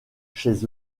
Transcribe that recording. chez